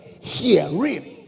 hearing